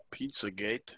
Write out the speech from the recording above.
Pizzagate